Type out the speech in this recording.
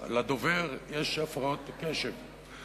לדובר יש הפרעות קשב.